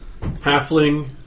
halfling